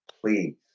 please